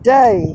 day